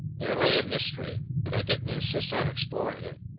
there lay a mystery, but i didn't insist on exploring it.